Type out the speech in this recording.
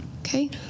okay